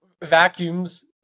vacuums